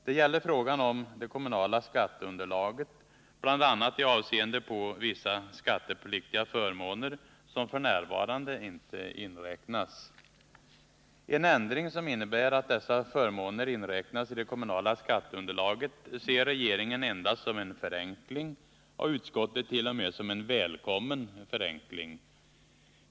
Det gäller frågan om det kommunala skatteunderlaget, bl.a. i avseende på vissa skattepliktiga förmåner som f. n. inte inräknas. En ändring som innebär att dessa förmåner inräknas i det kommunala skatteunderlaget ser regeringen endast som en förenkling, och utskottet t.o.m. som en välkommen förenkling.